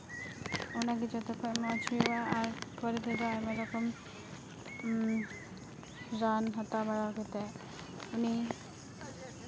ᱚᱱᱟᱜᱮ ᱡᱚᱛᱚ ᱠᱷᱚᱡ ᱢᱚᱡᱽ ᱦᱩᱭᱩᱜᱼᱟ ᱟᱨ ᱯᱚᱨᱮ ᱛᱮᱫᱚ ᱟᱭᱢᱟ ᱨᱚᱠᱚᱢ ᱨᱟᱱ ᱦᱟᱛᱟᱣ ᱵᱟᱲᱟ ᱠᱟᱛᱮᱫ ᱩᱱᱤ